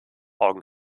augen